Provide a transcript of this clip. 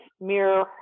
mirror